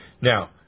Now